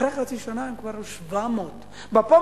אחרי חצי שנה הם כבר היו 700,000. בפעם